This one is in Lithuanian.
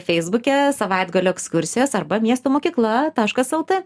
feisbuke savaitgalio ekskursijos arba miesto mokykla taškas lt